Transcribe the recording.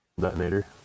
detonator